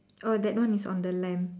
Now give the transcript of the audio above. oh that one is on the lamp